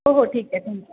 हो हो ठीक आहे थँक्यू